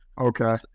okay